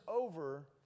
over